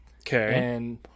Okay